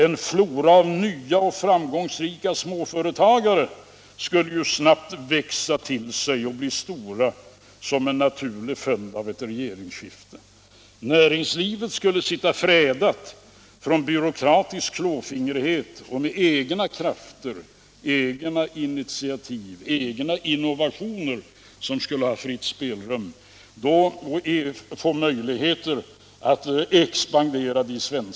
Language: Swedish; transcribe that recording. En flora av nya och framgångsrika småföretagare skulle ju snabbt växa till sig och bli stora som en naturlig följd av ett regeringsskifte. Det svenska näringslivet skulle sitta fredat från byråkratisk klåfingrighet och med egna krafter, egna initiativ, egna innovationer, som skulle ha fritt spelrum, få möjligheter att expandera.